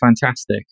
fantastic